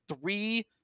three